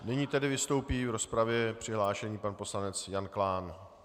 Nyní tedy vystoupí v rozpravě přihlášený pan poslanec Jan Klán.